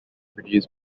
produce